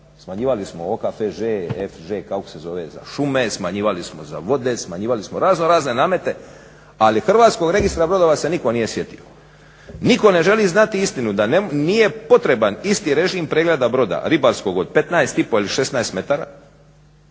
Smanjivali smo OKFŽ, FŽ kako se zove za šume, smanjivali smo za vode, smanjivali smo razno razne namete. Ali Hrvatskog registra brodova se nitko nije sjetio. Nitko ne želi znati istinu da nije potreban isti režim pregleda broda ribarskog od 15 i pol ili 16 metara